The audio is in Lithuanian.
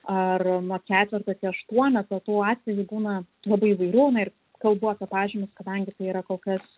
ar nuo ketvirto iki aštuoneto tų atvejų būna labai įvairių na ir kalbu apie pažymius kadangi tai yra kol kas